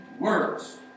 words